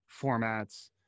formats